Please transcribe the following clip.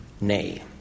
Nay